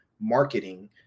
marketing